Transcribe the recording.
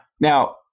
Now